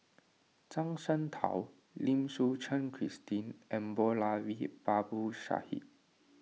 Zhuang Shengtao Lim Suchen Christine and Moulavi Babu Sahib